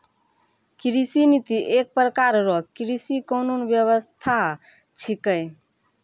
कृषि नीति एक प्रकार रो कृषि कानून व्यबस्था छिकै